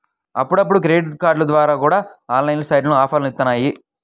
అప్పుడప్పుడు క్రెడిట్ కార్డుల ద్వారా కూడా ఆన్లైన్ సైట్లు ఆఫర్లని ఇత్తన్నాయి